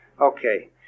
Okay